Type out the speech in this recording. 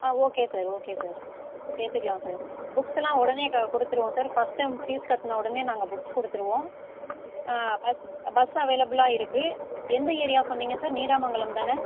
ஆ okay sir okay sir சேர்த்துக்கலாம் sir books எல்லாம் உடனே க கொடுத்துடுவோம் சார் ஃபர்ஸ்ட் டெர்ம் ஃபீஸ் கட்டண உடனே நாங்கள் புக்ஸ் கொடுத்துடுவோம் பஸ் பஸ் அவைளபிலாக இருக்கு எந்த ஏரியா சொன்னீங்க சார் நீடாமங்கலம் தானே